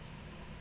ya